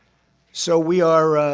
so we are